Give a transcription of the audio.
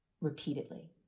repeatedly